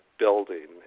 building